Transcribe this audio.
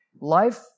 Life